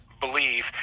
Believe